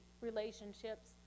relationships